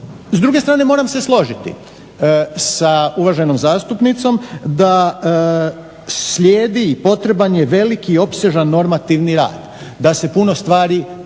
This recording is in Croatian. s druge strane moram se složiti sa uvaženom zastupnicom da slijedi i potreban je velik i opsežan normativni rad, da se puno stvari dovedu